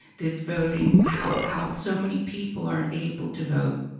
this voting, how out so many people aren't able to vote.